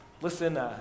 Listen